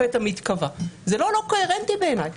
זה לא לא קוהרנטי בעיניי.